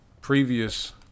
previous